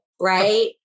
Right